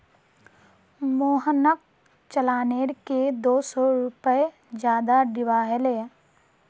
मोहनक चालानेर के दो सौ रुपए ज्यादा दिबा हले